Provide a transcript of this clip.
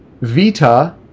Vita